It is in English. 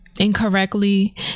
Incorrectly